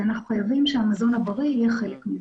ואנחנו חייבים שהמזון הבריא יהיה חלק ממנה.